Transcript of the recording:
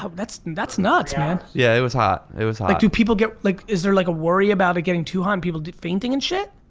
that's that's nuts, man. yeah, it was hot, it was hot. like do people get, like is there like a worry about it getting too hot and people fainting and shit?